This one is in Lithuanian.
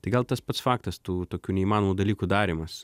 tai gal tas pats faktas tų tokių neįmanomų dalykų darymas